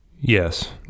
Yes